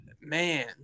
man